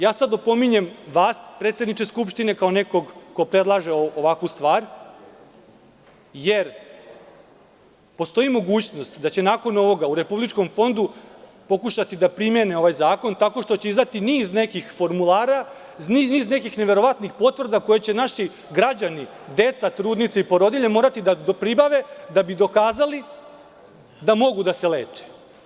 Ja sad opominjem vas, predsedniče Skupštine, kao nekog ko predlaže ovakvu stvar, jer postoji mogućnost da će nakon ovoga u Republičkom fondu pokušati da primene ovaj zakon tako što će izdati niz nekih formulara, niz nekih neverovatnih potvrda koje će naši građani, deca, trudnice i porodilje morati da pribave da bi dokazali da mogu da se leče.